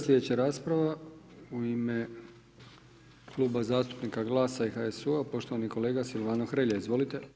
Sljedeća rasprava u ime Kluba zastupnika GLAS-a i HSU-a, poštovani kolega Silvano Hrelja, izvolite.